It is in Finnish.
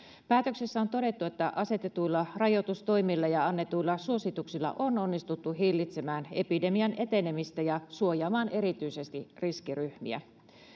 päätöksessä on todettu että asetetuilla rajoitustoimilla ja annetuilla suosituksilla on onnistuttu hillitsemään epidemian etenemistä ja suojaamaan erityisesti riskiryhmiä